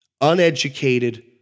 uneducated